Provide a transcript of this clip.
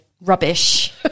rubbish